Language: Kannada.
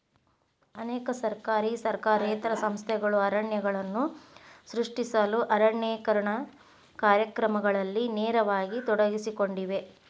ಅನೇಕ ಸರ್ಕಾರಿ ಸರ್ಕಾರೇತರ ಸಂಸ್ಥೆಗಳು ಅರಣ್ಯಗಳನ್ನು ಸೃಷ್ಟಿಸಲು ಅರಣ್ಯೇಕರಣ ಕಾರ್ಯಕ್ರಮಗಳಲ್ಲಿ ನೇರವಾಗಿ ತೊಡಗಿಸಿಕೊಂಡಿವೆ